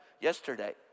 yesterday